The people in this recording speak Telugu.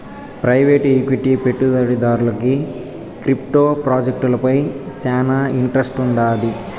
ప్రైవేటు ఈక్విటీ పెట్టుబడిదారుడికి క్రిప్టో ప్రాజెక్టులపై శానా ఇంట్రెస్ట్ వుండాది